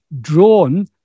drawn